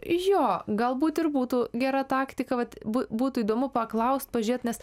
jo galbūt ir būtų gera taktika vat bū būtų įdomu paklaust pažiūrėt nes